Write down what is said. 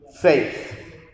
Faith